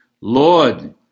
Lord